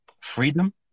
freedom